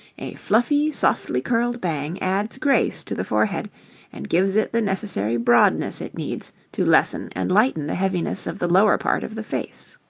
a fluffy, softly curled bang adds grace to the forehead and gives it the necessary broadness it needs to lessen and lighten the heaviness of the lower part of the face.